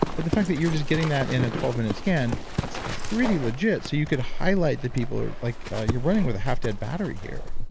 but the fact that you're just getting that in in a twelve minute scan is pretty legit. so you could highlight the people who like you're running with a half-dead battery here.